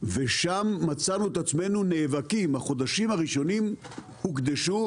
ושם מצאנו את עצמנו נאבקים החודשים הראשונים הוקדשו